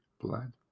blood